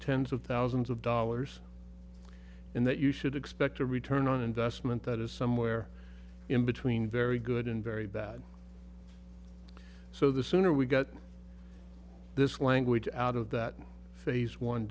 tens of thousands of dollars and that you should expect a return on investment that is somewhere in between very good and very bad so the sooner we get this language out of that phase one